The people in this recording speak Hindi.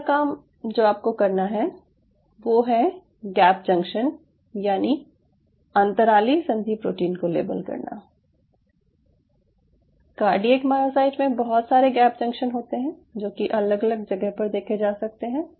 अगला काम जो आपको करना है वो है गैप जंक्शन यानि अन्तराली संधि प्रोटीन को लेबल करना कार्डियक मायोसाइट्स में बहुत सारे गैप जंक्शन होते हैं जो कि अलग अलग जगह पर देखे जा सकते हैं